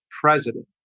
president